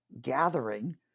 gathering